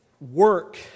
work